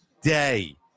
day